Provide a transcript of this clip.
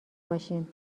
باشیم